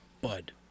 Bud